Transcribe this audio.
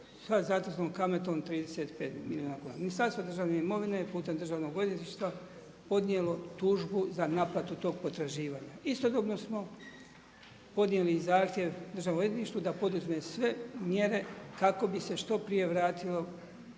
sa zateznom kamatom 35 milijuna kuna. Ministarstvo državne imovine je putem Državnog odvjetništva podnijelo tužbu za naplatu tog potraživanja. Istodobno smo podnijeli i zahtjev Državnom odvjetništvu da poduzme sve mjere kako bi se što prije vratilo